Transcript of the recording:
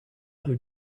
who